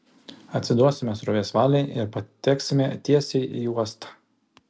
atsiduosime srovės valiai ir pateksime tiesiai į uostą